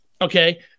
Okay